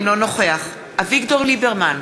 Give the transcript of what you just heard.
אינו נוכח אביגדור ליברמן,